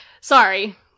Sorry